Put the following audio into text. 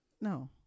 No